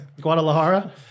Guadalajara